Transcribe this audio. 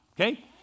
okay